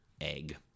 egg